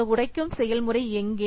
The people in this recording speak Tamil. இந்த உடைக்கும் செயல்முறை எங்கே